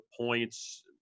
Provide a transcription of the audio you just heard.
points